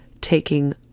taking